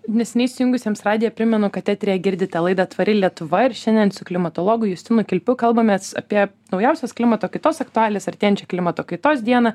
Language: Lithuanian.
neseniai įsijungusiems radiją primenu kad eteryje girdite laidą tvari lietuva ir šiandien su klimatologu justinu kilpiu kalbamės apie naujausios klimato kaitos aktualijas artėjančią klimato kaitos dieną